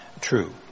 true